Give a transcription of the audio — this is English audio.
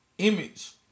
image